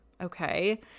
okay